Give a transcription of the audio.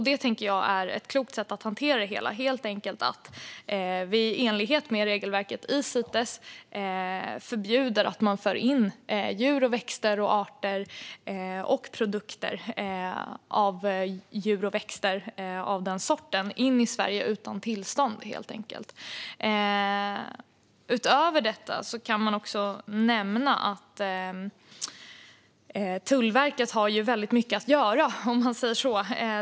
Det tänker jag är ett klokt sätt att hantera det hela: Vi förbjuder helt enkelt i enlighet med regelverket i Cites att någon utan tillstånd för in vissa arter av djur och växter liksom produkter av djur och växter av denna sort i Sverige. Utöver detta kan också nämnas att Tullverket har väldigt mycket att göra, om man säger så.